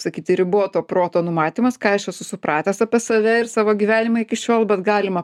sakyti riboto proto numatymas ką aš esu supratęs apie save ir savo gyvenimą iki šiol bet galima